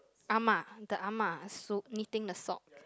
ah ma the ah ma sew knitting the sock